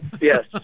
Yes